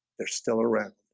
they're still around